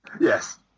Yes